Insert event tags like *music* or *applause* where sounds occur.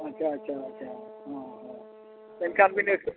ᱟᱪᱪᱷᱟ ᱟᱪᱪᱷᱟ ᱟᱪᱪᱷᱟ ᱦᱮᱸ *unintelligible* ᱮᱱᱠᱷᱟᱱ *unintelligible*